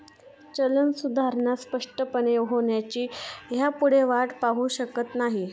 चलन सुधारणा स्पष्टपणे होण्याची ह्यापुढे वाट पाहु शकत नाही